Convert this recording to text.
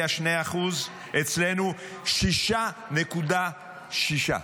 ה-OECD, שאני